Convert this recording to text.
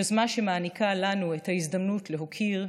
יוזמה שמעניקה לנו את ההזדמנות להוקיר,